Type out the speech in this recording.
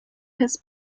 his